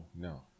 No